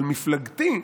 אבל מפלגתי,